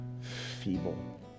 Feeble